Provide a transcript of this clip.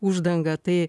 uždangą tai